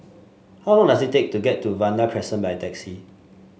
how long does it take to get to Vanda Crescent by taxi